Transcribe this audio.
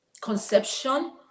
conception